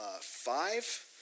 five